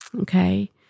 okay